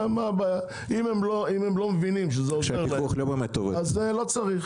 אם הם לא מבינים שזה עוזר להם אז לא צריך.